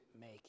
make